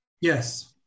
Yes